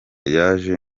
yaje